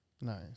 Nice